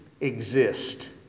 exist